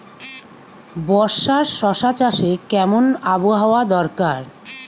বর্ষার শশা চাষে কেমন আবহাওয়া দরকার?